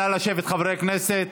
נא לשבת, חברי הכנסת.